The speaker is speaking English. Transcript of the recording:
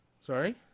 Sorry